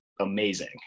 amazing